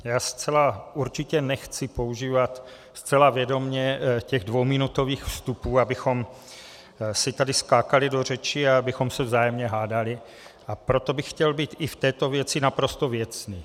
Já určitě nechci používat zcela vědomě těch dvouminutových vstupů, abychom si tady skákali do řeči a abychom se vzájemně hádali, a proto bych chtěl být i v této věci naprosto věcný.